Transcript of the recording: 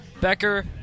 Becker